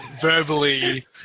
verbally